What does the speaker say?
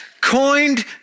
coined